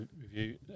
review